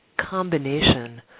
combination